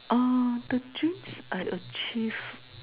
ah the dreams I achieved